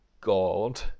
God